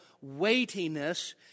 weightiness